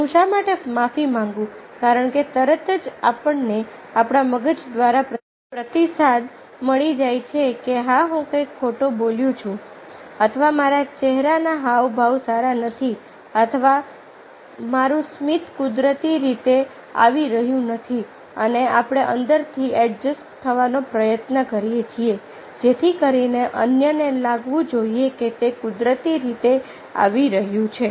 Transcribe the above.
હું શા માટે માફી માંગુકારણ કે તરત જ આપણને આપણા મગજ દ્વારા પ્રતિસાદ મળી જાય છે કે હા હું કંઈક ખોટું બોલ્યો છું અથવા મારા ચહેરાના હાવભાવ સારા નથી અથવા મારુ સ્મિત કુદરતી રીતે આવી રહયું નથી અને આપણે અંદરથી એડજસ્ટ થવાનો પ્રયત્ન કરીએ છીએ જેથી કરીને અન્યને લાગવું જોઈએ કે તે કુદરતી રીતે આવી રહ્યું છે